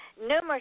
Numerous